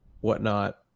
whatnot